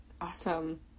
Awesome